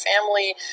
family